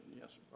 Yes